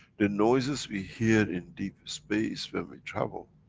the noises we hear in deep space when we travel,